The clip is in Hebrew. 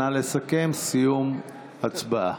נא לסכם, סיום הצבעה.